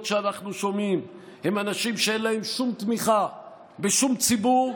שאנחנו שומעים הם אנשים שאין להם שום תמיכה בשום ציבור,